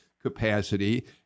capacity